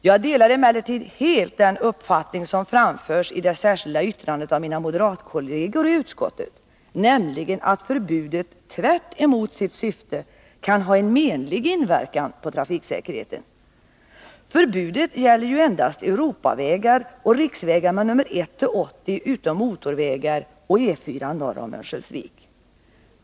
Jag delar emellertid helt den uppfattning som framförs i det särskilda yttrandet av mina moderatkolleger i utskottet, nämligen att förbudet — tvärtemot sitt syfte — kan ha en menlig inverkan på trafiksäkerheten. Förbudet gäller ju endast Europavägar och riksvägar med numren 1—-80 utom motorvägar och E 4 norr om Örnsköldsvik.